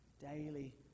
Daily